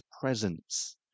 presence